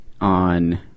on